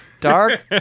Dark